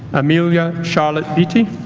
amelia charlotte beattie